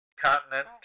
continent